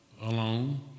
alone